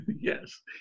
Yes